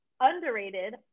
Underrated